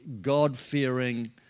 God-fearing